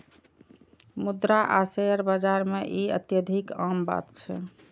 मुद्रा आ शेयर बाजार मे ई अत्यधिक आम बात छै